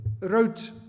wrote